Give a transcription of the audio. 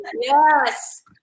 Yes